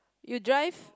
you drive